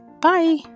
Bye